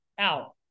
out